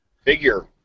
figure